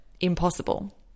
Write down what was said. impossible